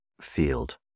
field